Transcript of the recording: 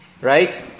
Right